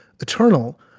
eternal